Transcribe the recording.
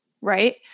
right